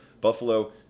Buffalo